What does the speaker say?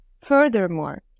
Furthermore